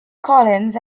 collins